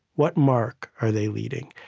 what mark are they leaving?